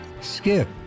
Skip